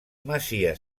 masia